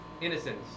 Innocence